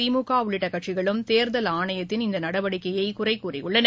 திமுக உள்ளிட்ட கட்சிகளும் தேர்தல் ஆணையத்தின் இந்த நடவடிக்கையை குறை கூறியுள்ளன